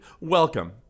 welcome